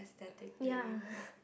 ya